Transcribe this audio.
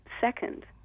second